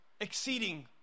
exceeding